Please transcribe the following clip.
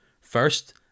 first